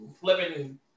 flipping